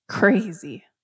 Crazy